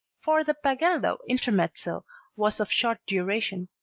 for the pagello intermezzo was of short duration.